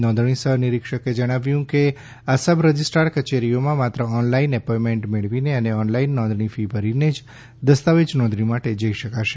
નોંધણી સહ નિરીક્ષકે જણાવ્યું છે કે આ સબ રજિસ્ટ્રાર કચેરીઓમાં માત્ર ઓનલાઈન એપોઈન્ટમેન્ટ મેળવીને અને ઓનલાઈન નોંધણી ફી ભરીને જ દસ્તાવેજ નોંધણી માટે જઈ શકાશે